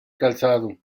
calzado